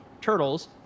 turtles